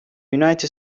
united